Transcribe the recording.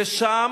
ושם,